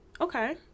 Okay